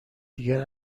دیگر